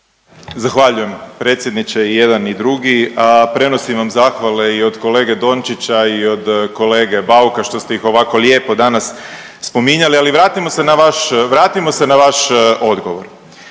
Zahvaljujem predsjedniče i jedan i drugi, a prenosim vam zahvale i od kolege Dončića i od kolege Bauka što ste ih ovako lijepo danas spominjali. Ali vratimo se na vaš odgovor.